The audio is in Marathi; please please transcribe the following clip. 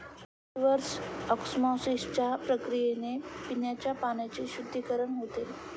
रिव्हर्स ऑस्मॉसिसच्या प्रक्रियेने पिण्याच्या पाण्याचे शुद्धीकरण होते